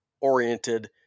oriented